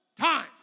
time